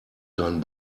keinen